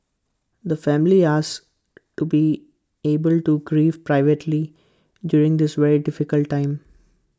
the family asks to be able to grieve privately during this very difficult time